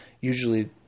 usually